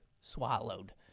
swallowed